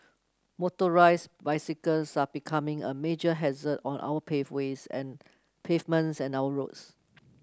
motorised bicycles are becoming a major hazard on our pave ways and pavements and our roads